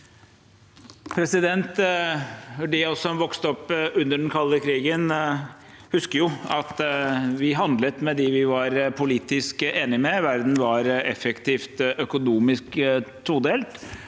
De av oss som vokste opp under den kalde krigen, husker jo at vi handlet med dem vi var politisk enig med, verden var effektivt økonomisk todelt.